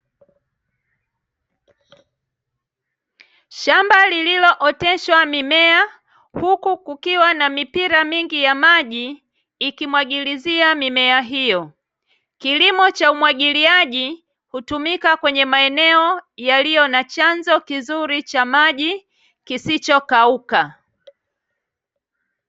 Shamba lililooteshwa mimea huku kukiwa na mipira mingi ya maji ikimwagilizia mimea hiyo. Kilimo cha umwagiliaji hutumika kwenye maeneo yaliyo na chanzo kizuri cha maji kisichokauka.